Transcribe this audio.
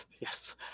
Yes